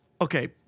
Okay